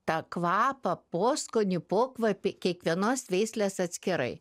tą kvapą poskonį pokvapį kiekvienos veislės atskirai